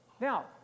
now